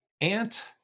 Ant